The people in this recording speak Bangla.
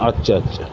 আচ্ছা আচ্ছা